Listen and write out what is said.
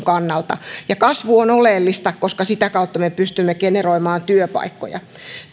kannalta ja kasvu on oleellista koska sitä kautta me pystymme generoimaan työpaikkoja